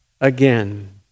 again